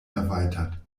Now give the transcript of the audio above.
erweitert